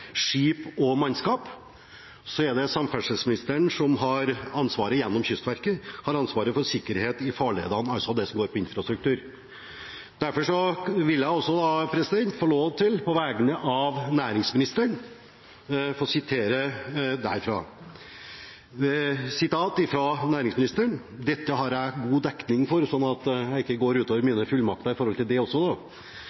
skip og mannskap. Så er det samferdselsministeren som gjennom Kystverket har ansvaret for sikkerheten i farledene, altså det som går på infrastruktur. Derfor vil jeg få lov til å sitere følgende fra næringsministeren – dette har jeg god dekning for, så jeg går ikke